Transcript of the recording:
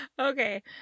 Okay